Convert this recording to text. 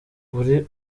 buri